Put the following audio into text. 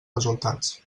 resultats